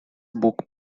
book